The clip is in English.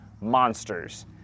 Monsters